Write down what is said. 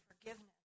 forgiveness